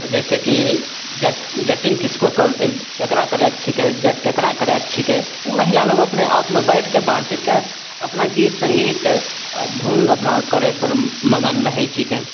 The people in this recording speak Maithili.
जैसेकि जट जटिन किसको केकरा करय छीकै जट केकरा करय छीकै उ महिला लोग अपने आपमे बाँटिके बाँटि चीटके अपना गीत सङ्गीत धुन अपना करयपर मगन रहय छीकै